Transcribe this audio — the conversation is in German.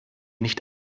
nicht